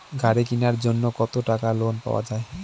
গাড়ি কিনার জন্যে কতো টাকা লোন পাওয়া য়ায়?